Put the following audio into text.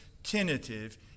Tentative